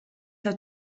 her